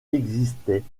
existaient